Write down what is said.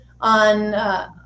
on